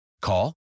Call